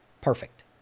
Perfect